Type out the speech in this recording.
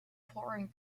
pouring